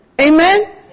Amen